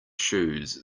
shoes